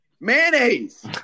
Mayonnaise